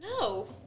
No